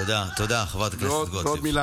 תודה, חברת הכנסת גוטליב.